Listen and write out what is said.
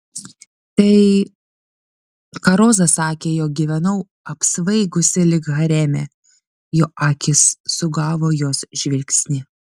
tai ką roza sakė jog gyvenau apsvaigusi lyg hareme jo akys sugavo jos žvilgsnį